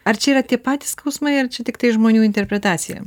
ar čia yra tie patys skausmai ar čia tiktai žmonių interpretacija